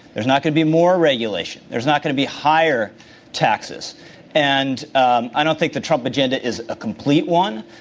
there's not going to be more regulation. there's not going to be higher taxes and um i don't think the trump agenda is a complete one,